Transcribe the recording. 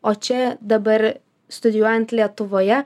o čia dabar studijuojant lietuvoje